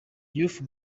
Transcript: youth